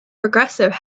progressive